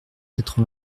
quatre